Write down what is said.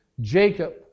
Jacob